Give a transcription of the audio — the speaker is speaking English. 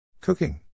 Cooking